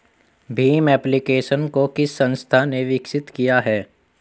Bhim application को किस संस्था ने विकसित किया है?